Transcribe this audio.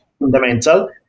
fundamental